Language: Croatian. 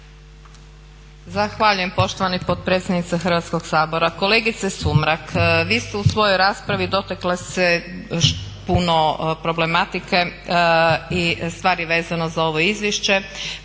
Zahvaljujem poštovani potpredsjedniče Hrvatskog sabora. Kolegice Sumrak, vi ste u svojoj raspravi dotakli se puno problematike i stvari vezano za ovo izvješće